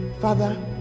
Father